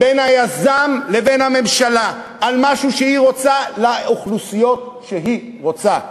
בין היזם לבין הממשלה במשהו שהיא רוצה לאוכלוסיות שהיא רוצה.